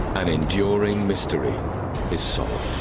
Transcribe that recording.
an enduring mystery is solved.